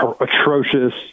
atrocious